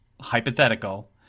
hypothetical